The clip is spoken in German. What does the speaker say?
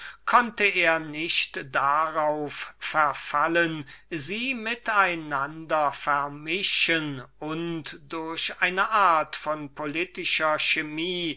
konnte er nicht darauf verfallen sie mit einander vermischen und durch eine art von politischer